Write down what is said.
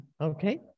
Okay